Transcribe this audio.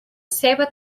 ceba